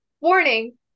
Warning